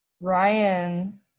ryan